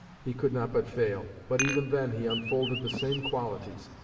he could not but fail, but even then he unfolded the same qualities,